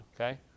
okay